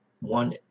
One